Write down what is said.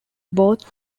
both